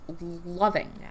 loving